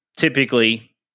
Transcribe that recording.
Typically